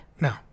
No